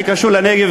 שגם קשור לנגב.